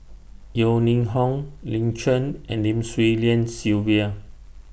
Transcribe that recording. Yeo Ning Hong Lin Chen and Lim Swee Lian Sylvia